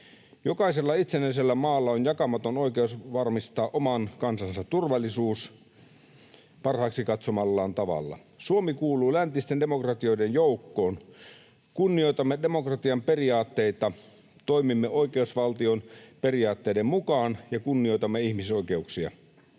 Jokaisella itsenäisellä maalla on jakamaton oikeus varmistaa oman kansansa turvallisuus parhaaksi katsomallaan tavalla. Suomi kuuluu läntisten demokratioiden joukkoon. Kunnioitamme demokratian periaatteita, toimimme oikeusvaltion periaatteiden mukaan ja kunnioitamme ihmisoikeuksia.